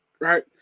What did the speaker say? right